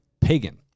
pagan